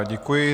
Děkuji.